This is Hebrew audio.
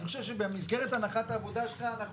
אני חושב שבמסגרת הנחת העבודה שלך אנחנו